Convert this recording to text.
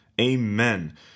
Amen